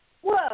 whoa